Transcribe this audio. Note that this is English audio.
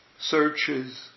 searches